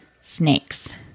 snakes